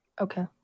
Okay